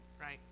right